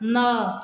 ନଅ